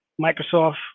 Microsoft